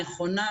נכונה,